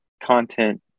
content